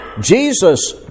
Jesus